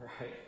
right